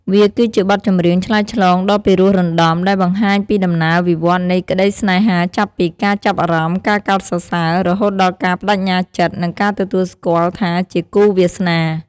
វាគឺជាបទចម្រៀងឆ្លើយឆ្លងដ៏ពីរោះរណ្តំ ដែលបង្ហាញពីដំណើរវិវត្តន៍នៃក្តីស្នេហាចាប់ពី ការចាប់អារម្មណ៍ ការកោតសរសើរ រហូតដល់ការប្តេជ្ញាចិត្ត និងការទទួលស្គាល់ថាជាគូវាសនា។